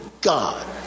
God